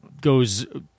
goes